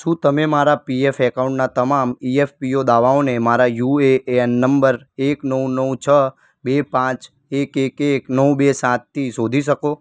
શું તમે મારા પી એફ અકાઉન્ટના તમામ ઇ એફ પી ઓ દાવાઓને મારા યુ એ એન નંબર એક નવ નવ છ બે પાંચ એક એક એક નવ બે સાતથી શોધી શકો